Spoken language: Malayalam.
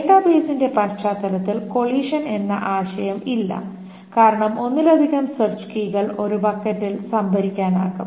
ഡാറ്റാബേസിന്റെ പശ്ചാത്തലത്തിൽ കൊളിഷൻ എന്ന ആശയം ഇല്ല കാരണം ഒന്നിലധികം സെർച്ച് കീകൾ ഒരു ബക്കറ്റിൽ സംഭരിക്കാനാകും